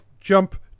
jump